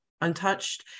untouched